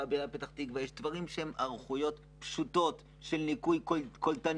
בעיריית פתח תקוה יש דברים שהם היערכויות פשוטות של ניקוי קולטנים,